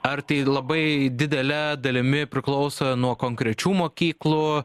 ar tai labai didele dalimi priklauso nuo konkrečių mokyklų